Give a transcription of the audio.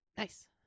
Nice